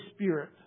Spirit